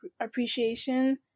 appreciation